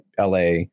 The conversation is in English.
LA